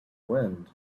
wind